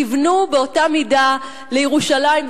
כיוונו באותה מידה לירושלים,